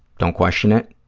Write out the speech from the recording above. don't question it.